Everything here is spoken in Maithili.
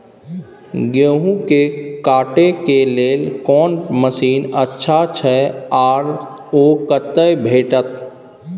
गेहूं के काटे के लेल कोन मसीन अच्छा छै आर ओ कतय भेटत?